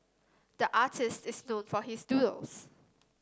the artists is known for his doodles